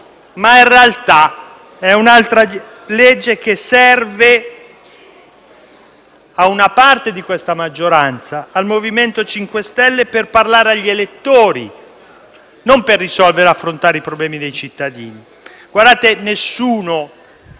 In realtà però è un'altro provvedimento che serve a una parte di questa maggioranza, al MoVimento 5 Stelle, per parlare agli elettori, non per risolvere e affrontare i problemi dei cittadini.